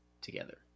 together